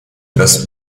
dass